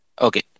okay